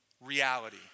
reality